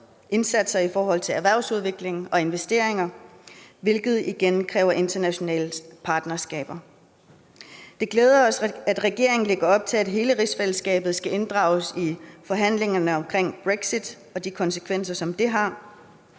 indsatser i forhold til erhvervsudviklingen og investeringer, hvilket igen kræver internationale partnerskaber. Det glæder os, at regeringen lægger op til, at hele rigsfællesskabet skal inddrages i forhandlingerne omkring Brexit og de konsekvenser, som det har.